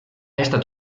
estat